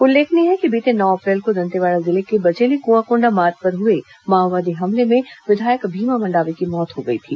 उल्लेखनीय है कि बीते नौ अप्रैल को दंतेवाड़ा जिले के बचेली कुआंकोंडा मार्ग पर हुए माओवादी हमले में विधायक भीमा मंडावी की मौत हो गई थी